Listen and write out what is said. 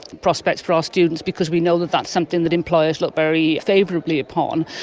prospects for our students, because we know that that's something that employers look very favourably upon.